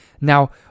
Now